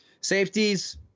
safeties